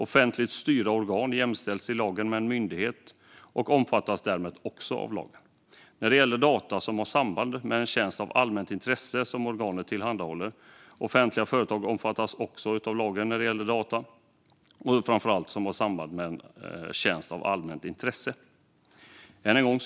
Offentligt styrda organ jämställs i lagen med en myndighet och omfattas därmed också av lagen när det gäller data som har samband med en tjänst av allmänt intresse som organet tillhandahåller. Offentliga företag omfattas av lagen när det gäller data som har samband med en tjänst av allmänt intresse.